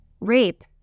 rape